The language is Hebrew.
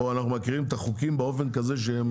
או אנחנו מכירים את החוקים באופן כזה שאם